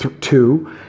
two